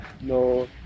no